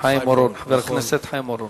חבר הכנסת חיים אורון.